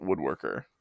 woodworker